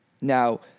Now